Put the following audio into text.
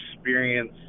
experience